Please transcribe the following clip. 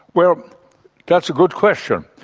well that's a good question,